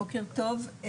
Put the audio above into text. בוקר טוב,